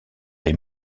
les